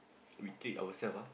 we take ourselves ah